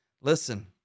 Listen